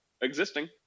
existing